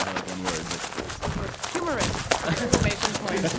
like, one word. like. it was humorous. exclamation point